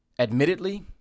Admittedly